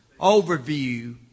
overview